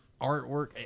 artwork